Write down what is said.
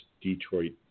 Detroit